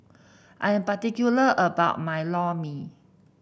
I am particular about my Lor Mee